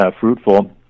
fruitful